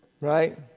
Right